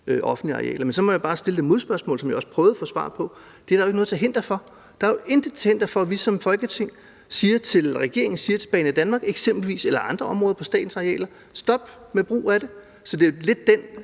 offentlige arealer. Men så må jeg bare stille det modspørgsmål, som jeg også prøvede at få svar på, nemlig om der er noget til hinder for, at vi som Folketing siger til regeringen eller siger til Banedanmark eksempelvis eller på andre områder af statens arealer: Stop med brug af det. Det er der jo ikke